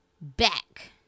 back